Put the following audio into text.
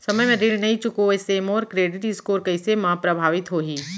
समय म ऋण नई चुकोय से मोर क्रेडिट स्कोर कइसे म प्रभावित होही?